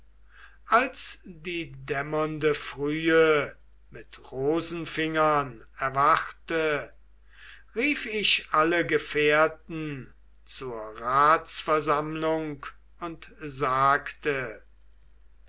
als die dämmernde frühe mit rosenfingern erwachte rief ich alle gefährten zur ratsversammlung und sagte